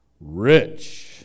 rich